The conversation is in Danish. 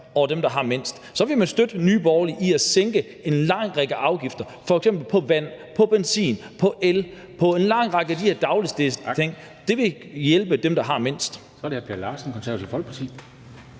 om dem, der har mindst, så vil man støtte Nye Borgerlige i at sænke en lang række afgifter f.eks. på vand, på benzin, på el, på en lang række af de her dagligdagsting. Det vil hjælpe dem, der har mindst. Kl. 21:46 Formanden (Henrik Dam